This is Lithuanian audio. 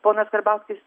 ponas karbauskis